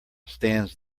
stands